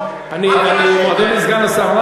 ככה זה נהוג, אני מודה לסגן השר.